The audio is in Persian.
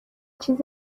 چیز